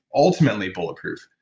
ultimately bulletproof,